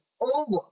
over